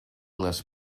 les